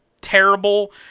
terrible